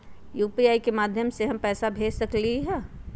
UPI के माध्यम से हम पैसा भेज सकलियै ह?